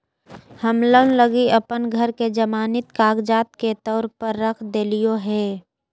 हम लोन लगी अप्पन घर के जमानती कागजात के तौर पर रख देलिओ हें